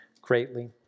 greatly